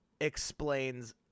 explains